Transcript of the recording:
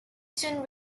soon